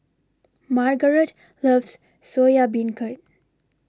Margaret loves Soya Beancurd